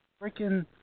freaking